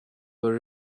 were